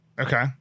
Okay